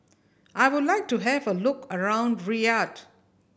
I would like to have a look around Riyadh